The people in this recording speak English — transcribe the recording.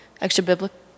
extra-biblical